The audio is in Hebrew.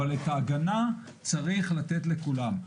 אבל את ההגנה צריך לתת לכולם.